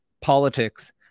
politics